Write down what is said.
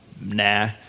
nah